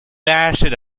lasted